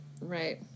right